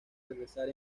regresar